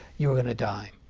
you were going to die.